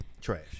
Trash